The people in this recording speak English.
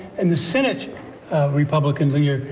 and the senate republicans leader,